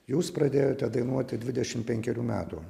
jūs pradėjote dainuoti dvidešim penkerių metų